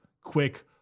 quick